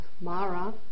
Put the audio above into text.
Mara